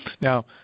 Now